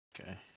okay